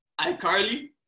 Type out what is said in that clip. iCarly